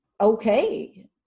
okay